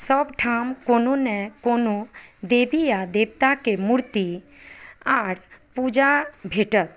सब ठाम कोनो नहि कोनो देवी या देवता के मूर्ति आर पूजा भेटत